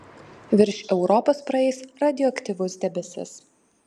virš europos praeis radioaktyvus debesis